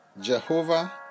Jehovah